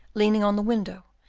leaning on the window,